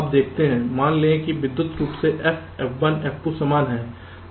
अब देखते हैं मान लें विद्युत रूप से F F1 F2 समान हैं